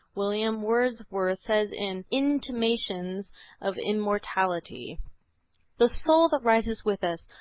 william wordsworth says in intimations of immortality the soul that rises with us,